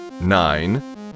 nine